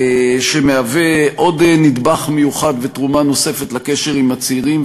שמהווה עוד נדבך מיוחד ותרומה נוספת לקשר עם הצעירים.